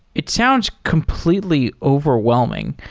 it sounds completely overwhelming.